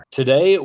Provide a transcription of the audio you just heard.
Today